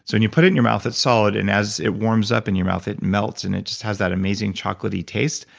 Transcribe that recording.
so and you put it in your mouth, it's solid, and as it warms up in your mouth, it melts and it just has that amazing chocolatey taste,